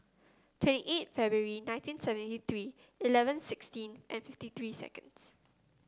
twenty eight February nineteen seventy three eleven sixteen and fifty three seconds